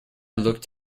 looked